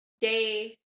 Day